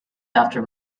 after